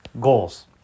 Goals